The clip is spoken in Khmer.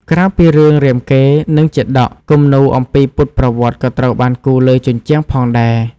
ក្រៅពីរឿងរាមកេរ្តិ៍ និងជាតក គំនូរអំពីពុទ្ធប្រវត្តិក៏ត្រូវបានគូរលើជញ្ជាំងផងដែរ។